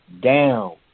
down